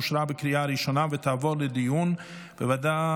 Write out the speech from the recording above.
אושרה בקריאה הראשונה ותעבור לדיון בוועדה